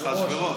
הקצוות.